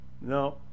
No